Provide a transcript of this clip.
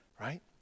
right